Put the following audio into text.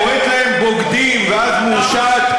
קוראת להם בוגדים ואז מורשעת,